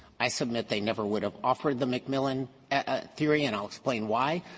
i submit they never would have offered the mcmillan ah theory, and i'll explain why.